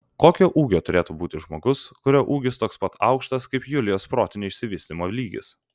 kokio ūgio turėtų būti žmogus kurio ūgis toks pat aukštas kaip julijos protinio išsivystymo lygis